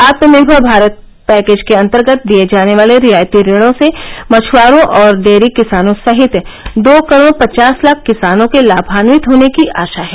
आत्मनिर्गर Bharat package के अंतर्गत दिए जाने वाले रियायती ऋण से मछआरों और डेयरी किसानों सहित दो करोड़ पचास लाख किसानों के लामान्वित होने की आशा है